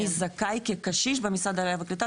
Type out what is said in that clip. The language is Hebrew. מי זכאי כקשיש במשרד העלייה והקליטה,